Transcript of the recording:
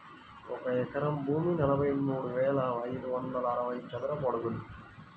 ఒక ఎకరం భూమి నలభై మూడు వేల ఐదు వందల అరవై చదరపు అడుగులు